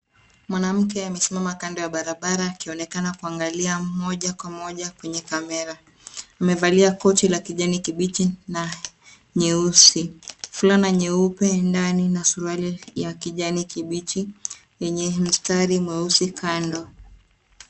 Mwanamke amesimama kando ya barabara, akionekana kuangalia moja kwa moja kwenye kamera. Amevalia koti la kijani kibichi na nyeusi, fulana ya nyeupe ndani na suruali ya kijani kibichi yenye mistari mweusi kando.